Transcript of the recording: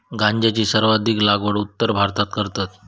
गांजाची सर्वाधिक लागवड उत्तर भारतात करतत